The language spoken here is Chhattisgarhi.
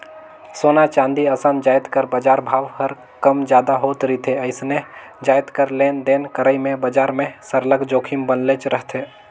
सोना, चांदी असन जाएत कर बजार भाव हर कम जादा होत रिथे अइसने जाएत कर लेन देन करई में बजार में सरलग जोखिम बनलेच रहथे